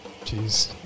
Jeez